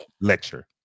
lecture